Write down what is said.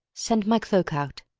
send my cloak out.